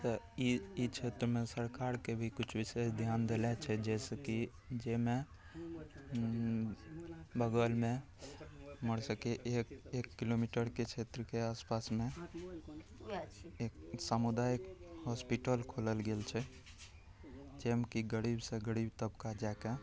तऽ ई ई क्षेत्रमे सरकारके भी किछु विशेष धिआन देला छै जाहिसेकि जाहिमे बगलमे हमर सभके एक एक किलोमीटरके क्षेत्रके आसपासमे एक सामुदायिक हॉसपिटल खोलल गेल छै जाहिमेकि गरीबसे गरीब तबका जाके